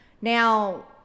Now